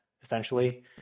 essentially